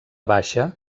baixa